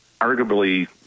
arguably